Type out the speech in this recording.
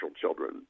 children